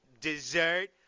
dessert